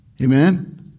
Amen